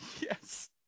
Yes